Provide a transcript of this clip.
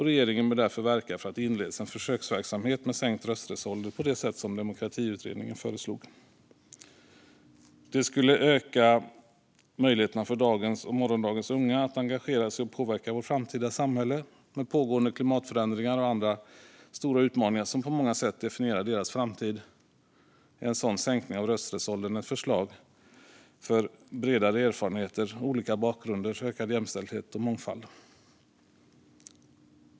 Regeringen bör därför verka för att det inleds en försöksverksamhet med sänkt rösträttsålder på det sätt som utredningen föreslog. Detta skulle öka möjligheterna för dagens och morgondagens unga att engagera sig och påverka vårt framtida samhälle. Med pågående klimatförändringar och andra stora utmaningar som på många sätt definierar deras framtid är en sådan sänkning av rösträttsåldern ett förslag för bredare erfarenheter, olika bakgrunder, ökad jämställdhet och mångfald.